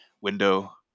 window